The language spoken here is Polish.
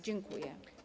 Dziękuję.